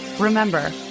Remember